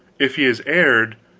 if he has erred,